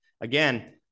Again